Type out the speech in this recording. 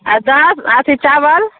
आ दस अथी चाबल